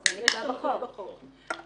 זה כתוב בחוק.